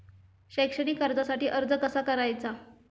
शैक्षणिक कर्जासाठी अर्ज कसा करायचा?